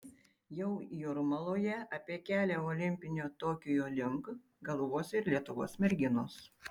jau jūrmaloje apie kelią olimpinio tokijo link galvos ir lietuvos merginos